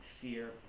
fear